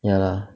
ya lah